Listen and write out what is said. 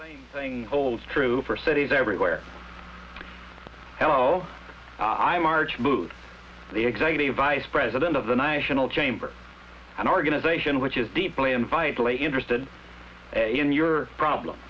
same thing holds true for cities everywhere hello i'm arch moved the executive vice president of the national chamber an organization which is deeply in vitally interested in your problem